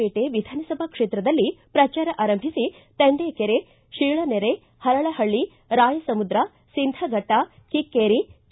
ಪೇಟೆ ವಿಧಾನಸಭಾ ಕ್ಷೇತ್ರದಲ್ಲಿ ಪ್ರಚಾರ ಆರಂಭಿಸಿ ತೆಂಡೇಕೆರೆ ಶೀಳನೆರೆ ಪರಳಪಳ್ಳಿ ರಾಯಸಮುದ್ರ ಸಿಂಧಭಟ್ಟ ಕಿಕ್ಕೇರಿ ಕೆ